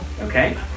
Okay